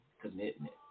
commitment